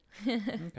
Okay